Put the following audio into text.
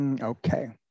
Okay